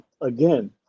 again